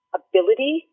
ability